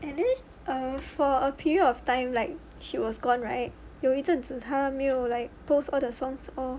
and then err for a period of time like she was gone right 有一阵子他没有 like post all the songs all